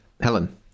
Helen